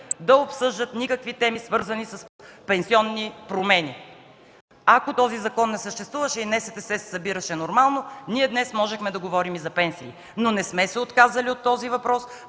да обсъждат никакви теми, свързани с пенсионни промени. Ако този закон не съществуваше и НСТС се събираше нормално, днес можехме да говорим и за пенсии. Но не сме се отказали от този въпрос,